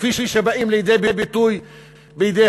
כפי שהם באים לידי ביטוי בממשלה.